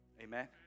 Amen